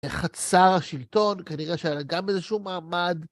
בחצר השלטון, כנראה שהיה לה גם איזשהו מעמד.